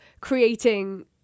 creating